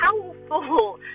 powerful